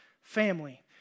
family